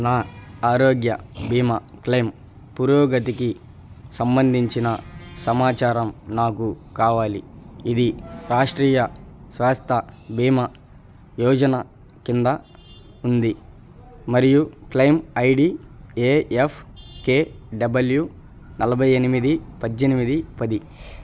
నా ఆరోగ్య భీమా క్లెయిమ్ పురోగతికి సంబంధించిన సమాచారం నాకు కావాలి ఇది రాష్ట్రీయ స్వాస్థ్య భీమా యోజన కింద ఉంది మరియు claim ID A F K W నలభై ఎనిమిది పద్దెనిమిది పది